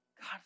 God